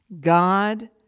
God